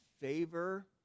favor